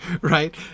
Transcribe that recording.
right